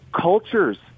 cultures